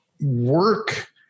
work